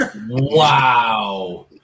wow